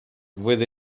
with